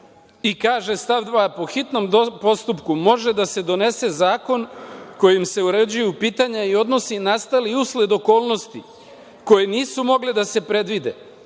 i kaže stav 2. - po hitnom postupku može da se donese zakon kojim se uređuju pitanja i odnosi nastali usled okolnosti koje nisu mogli da se predvide,